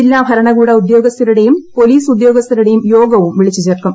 ജില്ലാ ഭരണകൂട ഉദ്യോഗസ്ഥരുടേയും പൊലീസ് ഉദ്യോഗസ്ഥരുടേയും യോഗവും വിളിച്ചു ചേർക്കും